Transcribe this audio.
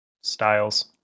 styles